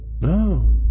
No